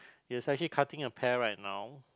is like he cutting a pear right now